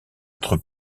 être